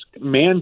Man